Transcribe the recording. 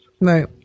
right